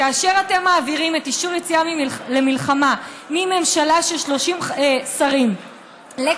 כאשר אתם מעבירים את אישור היציאה למלחמה מממשלה של 30 שרים לקבינט,